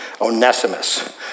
Onesimus